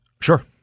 Sure